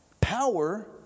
Power